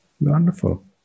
Wonderful